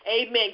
Amen